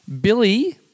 Billy